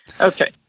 Okay